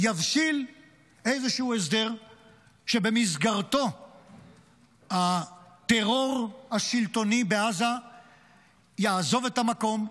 יבשיל איזשהו הסדר שבמסגרתו הטרור השלטוני בעזה יעזוב את המקום,